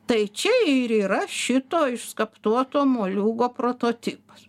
tai čia ir yra šito išskaptuoto moliūgo prototipas